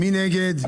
מי נגד?